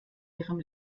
ihrem